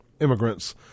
immigrants